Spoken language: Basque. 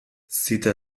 zita